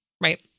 right